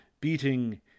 beating